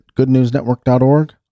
goodnewsnetwork.org